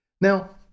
Now